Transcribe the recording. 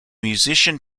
musician